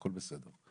הכל בסדר.